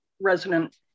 resident